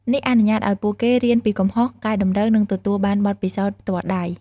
នេះអនុញ្ញាតឱ្យពួកគេរៀនពីកំហុស កែតម្រូវ និងទទួលបានបទពិសោធន៍ផ្ទាល់ដៃ។